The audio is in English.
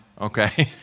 okay